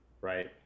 right